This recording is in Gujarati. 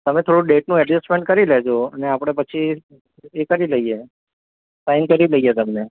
તમે થોડું ડેટનું એજેંટ્સમેન્ટ કરી લેજો અને આપણે પછી એ કરી લઈએ સાઈન કરી લઈએ તમને